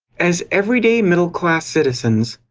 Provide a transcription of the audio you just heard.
as everyday middle-class citizens,